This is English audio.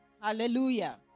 Hallelujah